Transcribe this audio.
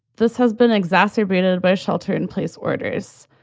this has been exacerbated by a shelter in place orders.